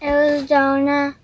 Arizona